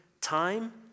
time